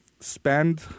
spend